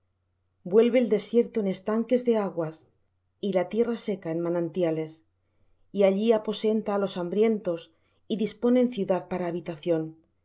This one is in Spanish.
vuelve el desierto en estanques de aguas y la tierra seca en manantiales y allí aposenta á los hambrientos y disponen ciudad para habitación